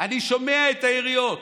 אני שומע את היריות,